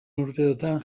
urteotan